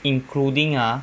including ah